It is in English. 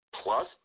plus